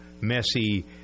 messy